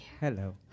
Hello